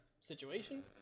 situation